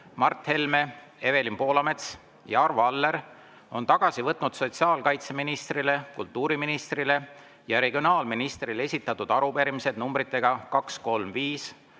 Mart Helme, Evelin Poolamets ja Arvo Aller on tagasi võtnud sotsiaalkaitseministrile, kultuuriministrile ja regionaalministrile esitatud arupärimised nr 235,